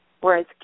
whereas